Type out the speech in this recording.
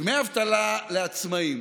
דמי אבטלה לעצמאים